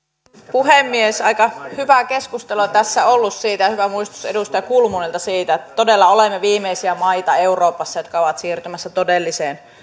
puhemies aika hyvää keskustelua tässä on ollut siitä ja hyvä muistutus edustaja kulmunilta siitä että todella olemme viimeisiä maita euroopassa jotka ovat siirtymässä todelliseen